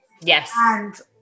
Yes